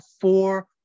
four